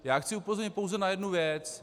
Já chci upozornit pouze na jednu věc.